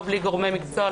לא בלי גורמי מקצוע,